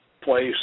place